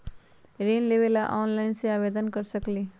ऋण लेवे ला ऑनलाइन से आवेदन कर सकली?